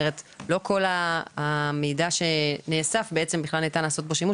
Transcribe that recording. לא כל המידע שנאסף בעצם בכלל ניתן לעשות בו שימוש,